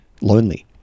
lonely